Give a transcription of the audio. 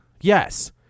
Yes